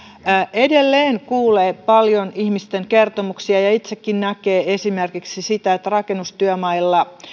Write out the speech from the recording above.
edelleen kuulee paljon ihmisten kertomuksia ja itsekin näkee esimerkiksi sitä että rakennustyömailla